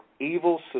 evil